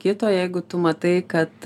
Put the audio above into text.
kito jeigu tu matai kad